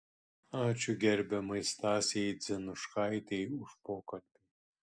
ačiū gerbiamai stasei dzenuškaitei už pokalbį